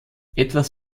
etwas